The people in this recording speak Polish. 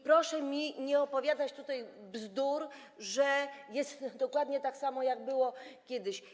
Proszę mi nie opowiadać bzdur, że jest dokładnie tak samo, jak było kiedyś.